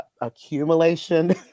accumulation